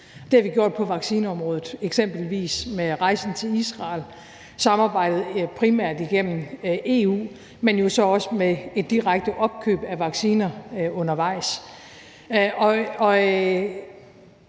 Det har vi gjort på vaccineområdet, eksempelvis med rejsen til Israel, samarbejdet primært igennem EU, men jo så også med et direkte opkøb af vacciner undervejs.